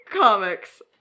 Comics